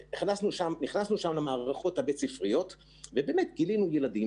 כשנכנסנו שם למערכות הבית ספריות גילינו ילדים